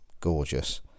gorgeous